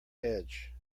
edge